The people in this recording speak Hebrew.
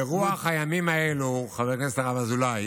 הוא יכול, בגלל שיש שניים שהציעו, אז הוא,